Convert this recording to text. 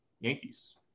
Yankees